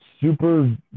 super